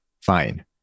Fine